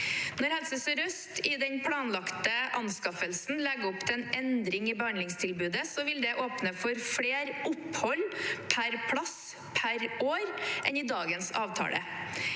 Når Helse sør-øst i den planlagte anskaffelsen legger opp til en endring i behandlingstilbudet, vil det åpne for flere opphold per plass per år enn i dagens avtaler.